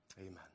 Amen